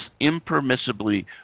impermissibly